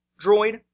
droid